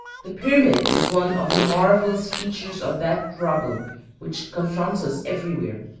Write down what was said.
the pyramid is one of the marvellous features of that problem which confronts us everywhere,